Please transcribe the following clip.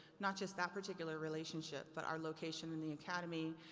not just that particular relationship but our location in the academy,